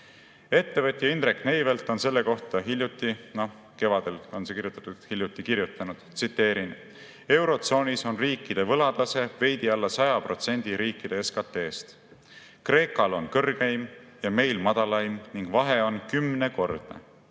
Ettevõtja Indrek Neivelt on selle kohta hiljuti kirjutanud – kevadel on see kirjutatud –, tsiteerin: "Eurotsoonis on riikide võlatase veidi alla 100% riikide SKT-st. Kreekal on kõrgeim ja meil madalaim ning vahe on kümnekordne.